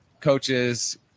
coaches